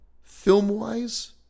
Film-wise